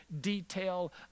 detail